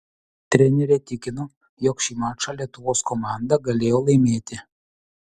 trenerė tikino jog šį mačą lietuvos komanda galėjo laimėti